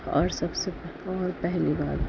اور سب سے پہلے اور پہلی بار